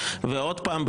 ועוד פעם,